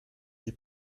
die